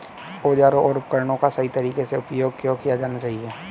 औजारों और उपकरणों का सही तरीके से उपयोग क्यों किया जाना चाहिए?